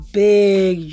big